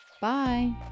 Bye